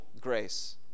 grace